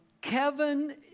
Kevin